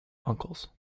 uncles